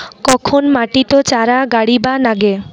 কখন মাটিত চারা গাড়িবা নাগে?